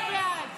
52 בעד, 57 נגד,